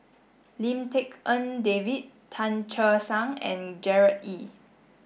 Lim Tik En David Tan Che Sang and Gerard Ee